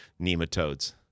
nematodes